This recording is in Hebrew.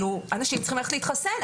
אנשים צריכים ללכת להתחסן.